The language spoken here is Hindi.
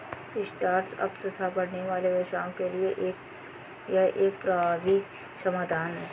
स्टार्ट अप्स तथा बढ़ने वाले व्यवसायों के लिए यह एक प्रभावी समाधान है